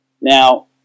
Now